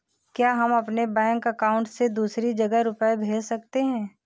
क्या हम अपने बैंक अकाउंट से दूसरी जगह रुपये भेज सकते हैं?